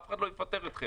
אף אחד לא יפטר אתכם.